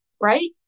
right